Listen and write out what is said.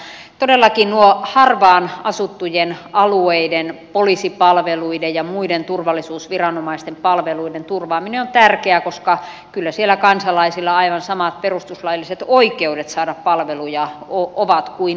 mutta todellakin harvaan asuttujen alueiden poliisipalveluiden ja muiden turvallisuusviranomaisten palveluiden turvaaminen on tärkeää koska kyllä siellä kansalaisilla ovat aivan samat perustuslailliset oikeudet saada palveluja kuin muuallakin